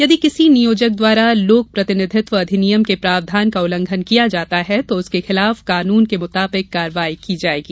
यदि किसी नियोजक द्वारा लोक प्रतिनिधित्व अधिनियम के प्रावधान का उल्लंघन किया जाता है तो उसके खिलाफ कानून के मुताबिक कार्यवाही की जायेगी